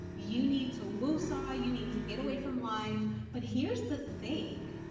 you need to woo-sah you need to get away from life but here's the thing,